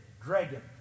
dragon